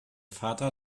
vater